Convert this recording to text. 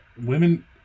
women